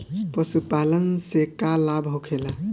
पशुपालन से का लाभ होखेला?